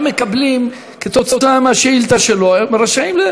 הם מקבלים כתוצאה מהשאילתה שלו, הם רשאים.